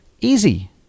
easy